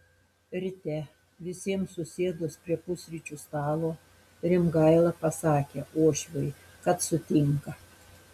ryte visiems susėdus prie pusryčių stalo rimgaila pasakė uošviui kad sutinka